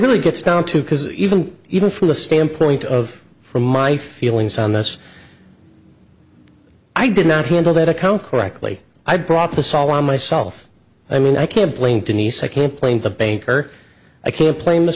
really gets down to because even even from the standpoint of from my feelings on this i did not handle that account correctly i brought this all on myself i mean i can't blame denise i can't blame the bank or a kid playing the